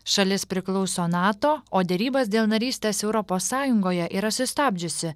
šalis priklauso nato o derybas dėl narystės europos sąjungoje yra sustabdžiusi